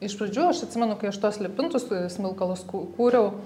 iš pradžių aš atsimenu kai aš tuos lipintus smilkalus ku kūriau